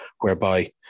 whereby